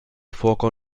fuoco